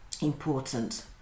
important